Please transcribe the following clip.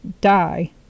die